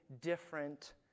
different